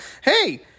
hey